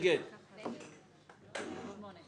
של קבוצת סיעת המחנה הציוני לסעיף 12א לא